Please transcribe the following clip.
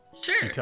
Sure